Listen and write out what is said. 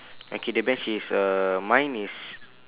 okay the bench is uh mine is